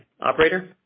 Operator